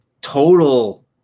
total